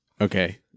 Okay